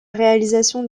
réalisation